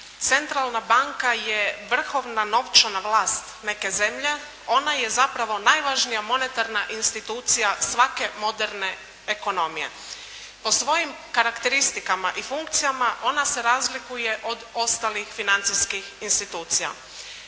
Centralna banka je vrhovna novčana vlast neke zemlje, ona je zapravo najvažnija monetarna institucija svake moderne ekonomije. Po svojim karakteristikama i funkcijama ona se razlikuje od ostalih financijskih institucija.